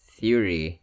theory